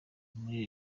muri